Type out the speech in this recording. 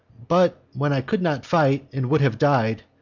but, when i could not fight, and would have died,